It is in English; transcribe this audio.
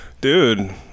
dude